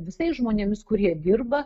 visais žmonėmis kurie dirba